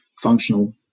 functional